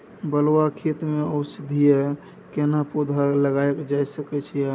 बलुआ खेत में औषधीय केना पौधा लगायल जा सकै ये?